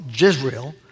Israel